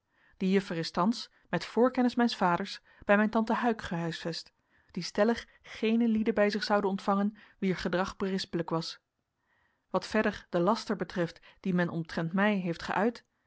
die juffer is thans met voorkennis mijns vaders bij mijn tante huyck gehuisvest die stellig geene lieden bij zich zoude ontvangen wier gedrag berispelijk was wat verder den laster betreft dien men omtrent mij heeft geuit